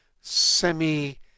semi